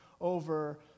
over